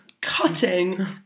cutting